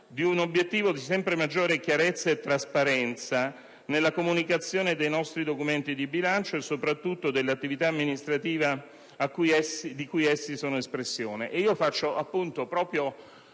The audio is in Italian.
di un obiettivo di sempre maggiore chiarezza e trasparenza nella comunicazione dei nostri documenti di bilancio, e soprattutto dell'attività amministrativa di cui essi sono espressione». Facendo seguito a